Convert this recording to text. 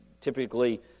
typically